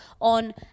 on